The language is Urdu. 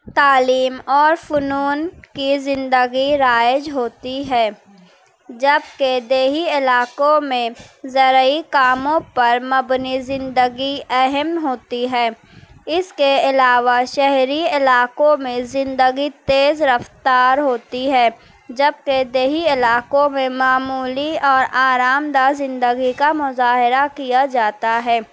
تعلیم اور فنون کی زندگی رائج ہوتی ہے جبکہ دیہی علاقوں میں زرعی کاموں پر مبنی زندگی اہم ہوتی ہے اس کے علاوہ شہری علاقوں میں زندگی تیز رفتار ہوتی ہے جب کہ دیہی علاقوں میں معمولی اور آرام دہ زندگی کا مظاہرہ کیا جاتا ہے